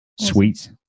Sweet